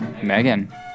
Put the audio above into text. Megan